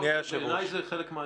בעיניי זה חלק מהדיון.